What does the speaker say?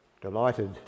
delighted